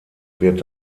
wird